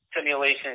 simulation